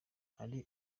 hari